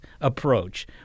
approach